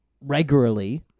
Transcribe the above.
regularly